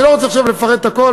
אני לא רוצה עכשיו לפרט הכול,